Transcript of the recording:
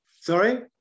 Sorry